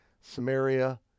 Samaria